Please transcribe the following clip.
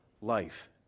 life